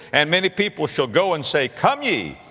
and many people shall go and say, come ye,